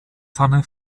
tanne